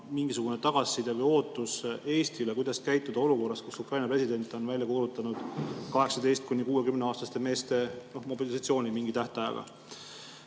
mingisugune tagasiside või ootus Eestile, kuidas käituda olukorras, kus Ukraina president on välja kuulutanud 18–60-aastaste meeste mobilisatsiooni mingi tähtajaga?